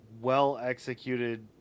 well-executed